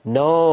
no